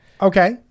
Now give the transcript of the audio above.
Okay